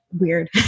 weird